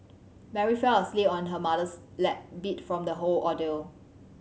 Mary fell asleep on her mother's lap beat from the whole ordeal